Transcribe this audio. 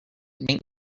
make